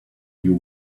you